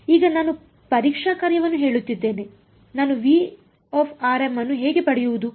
ಈಗ ನಾನು ಪರೀಕ್ಷಾ ಕಾರ್ಯವನ್ನು ಹೇಳುತ್ತಿದ್ದೇನೆ ನಾನು ಅನ್ನು ಹೇಗೆ ಪಡೆಯುವುದು